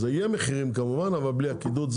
יהיו מחירים ללא הקידוד,